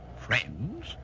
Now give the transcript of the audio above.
friends